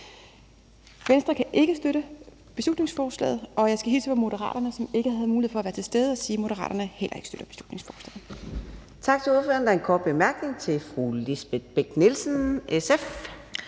Venstre kan ikke støtte beslutningsforslaget, og jeg skal hilse fra Moderaterne, som ikke havde mulighed for at være til stede, og sige, at Moderaterne heller ikke støtter beslutningsforslaget. Kl. 20:07 Fjerde næstformand (Karina Adsbøl): Tak til ordføreren. Der er en kort bemærkning til fru Lisbeth Bech-Nielsen, SF.